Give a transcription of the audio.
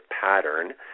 pattern